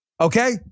Okay